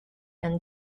and